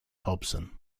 hobson